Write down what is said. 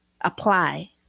apply